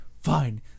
fine